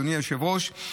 אדוני היושב-ראש.